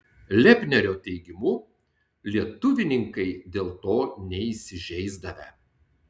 lepnerio teigimu lietuvininkai dėl to neįsižeisdavę